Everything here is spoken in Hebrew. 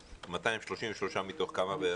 233 מתוך כמה?